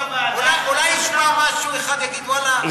אולי הוא ישמע משהו אחד, יגיד, ואללה,